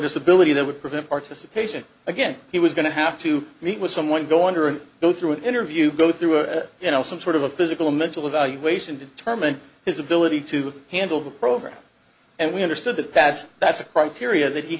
disability that would prevent participation again he was going to have to meet with someone go under and go through an interview go through a you know some sort of a physical mental evaluation to determine his ability to handle the program and we understood that pads that's a criteria that he